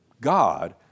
God